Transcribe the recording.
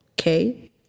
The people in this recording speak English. Okay